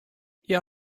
hja